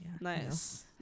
nice